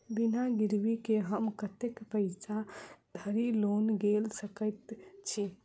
बिना गिरबी केँ हम कतेक पैसा धरि लोन गेल सकैत छी?